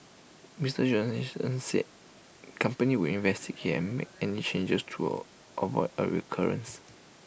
Mister Johnson said company would investigate and make any changes to avoid A recurrence